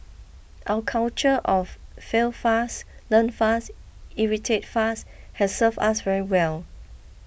our culture of fail fast learn fast iterate faster has served us very well